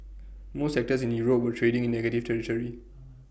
most sectors in Europe were trading in negative territory